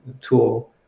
tool